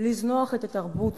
לזנוח את התרבות